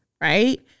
right